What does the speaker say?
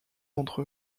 entre